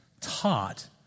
taught